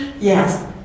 Yes